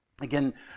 Again